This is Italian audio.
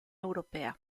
europea